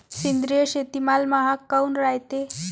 सेंद्रिय शेतीमाल महाग काऊन रायते?